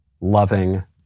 loving